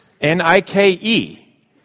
N-I-K-E